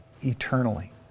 eternally